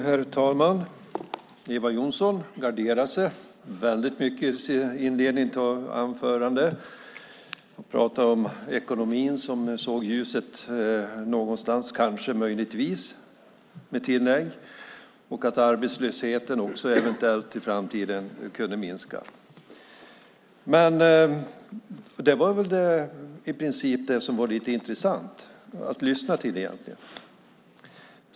Herr talman! Eva Johnsson garderar sig väldigt mycket i inledningen av sitt anförande. Hon pratar om ekonomin och att hon kanske möjligtvis ser ljuset någonstans och att arbetslösheten också eventuellt i framtiden kunde minska. Det var väl i princip det som var lite intressant att lyssna till.